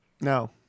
no